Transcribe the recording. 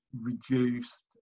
reduced